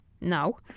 No